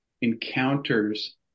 encounters